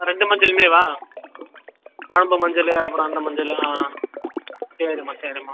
ரெண்டு மஞ்சளுமேவா குழம்பு மஞ்சள் அப்புறம் அந்த மஞ்சள் ஆ சரிம்மா சரிம்மா